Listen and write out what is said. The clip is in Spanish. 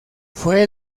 fue